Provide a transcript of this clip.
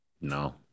No